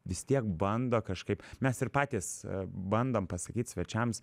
vis tiek bando kažkaip mes ir patys bandom pasakyt svečiams